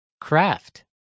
Craft